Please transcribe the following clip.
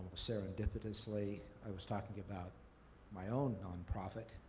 serendipitously. i was talking about my own non-profit,